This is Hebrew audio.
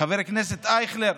חבר הכנסת אייכלר,